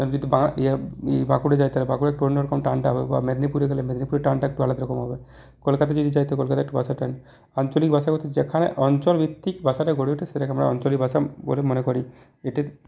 যেহেতু বাং ইয়ে বাঁকুড়া জায়গা বাঁকুড়ার অন্যরকম টানটা মেদিনীপুর গেলে মেদিনীপুর টানটা একটু আলাদারকম হবে কলকাতা যিনি কলকাতার ভাষার টান আঞ্চলিকভাষা হচ্ছে যেখানে অঞ্চলভিত্তিক ভাষাটা গড়ে উঠেছে সেটাকে আমরা অঞ্চলিভাষা বলে মনে করি এটি